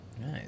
Nice